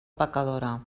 pecadora